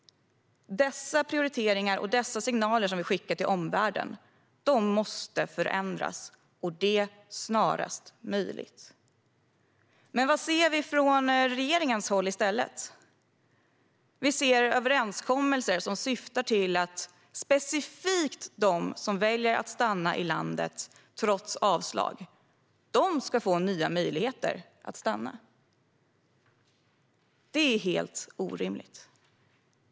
Dessa prioriteringar och dessa signaler som vi skickar till omvärlden måste förändras, och det snarast möjligt. Men vad ser vi från regeringens håll i stället? Vi ser överenskommelser som syftar till att specifikt de som väljer att stanna i landet trots avslag ska få nya möjligheter att stanna. Det är helt orimligt.